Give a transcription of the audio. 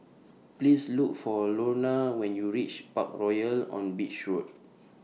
Please Look For Lorna when YOU REACH Parkroyal on Beach Road